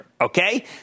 okay